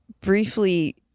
briefly